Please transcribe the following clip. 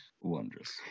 wondrous